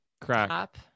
crack